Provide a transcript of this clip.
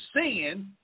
sin